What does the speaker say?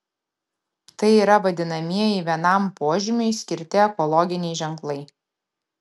tai yra vadinamieji vienam požymiui skirti ekologiniai ženklai